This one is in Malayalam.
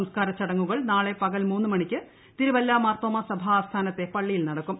സംസ്ക്കാര ചടങ്ങുകൾ നാളെ പകൽ മൂന്ന് മണിക്ക് തിരുവല്ല മാർത്തോമ്മ സഭാ ആസ്ഥാനത്തെ പള്ളിയിൽ നടക്കും